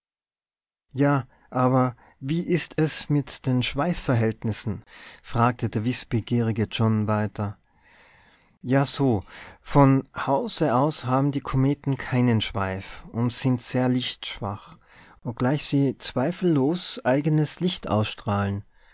ja aber wie ist es mit den schweifverhältnissen fragte der wißbegierige john weiter ja so von hause aus haben die kometen keinen schweif und sind sehr lichtschwach obgleich sie zweifellos eigenes licht ausstrahlen